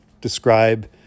describe